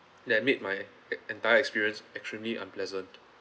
that made my entire experience extremely unpleasant